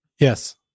Yes